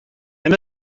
they